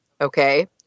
Okay